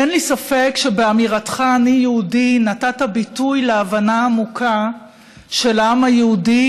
אין לי ספק שבאמירתך "אני יהודי" נתת ביטוי להבנה עמוקה של העם היהודי,